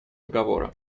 договора